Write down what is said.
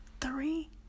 three